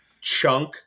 chunk